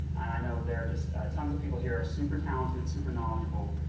and i know there are just tons of people here are super talented, super knowledgeable,